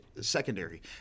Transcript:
secondary